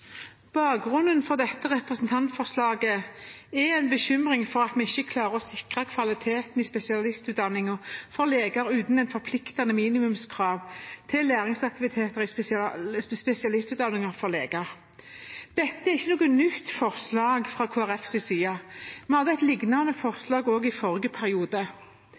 Bakgrunnen for dette representantforslaget er en bekymring for at vi ikke klarer å sikre kvaliteten i spesialistutdanningen for leger uten forpliktende minimumskrav til læringsaktiviteter i spesialistutdanningen for leger. Dette er ikke noe nytt forslag fra Kristelig Folkepartis side. Vi hadde et lignende forslag også i forrige periode.